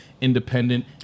independent